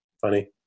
Funny